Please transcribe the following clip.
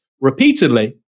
repeatedly